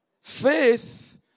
faith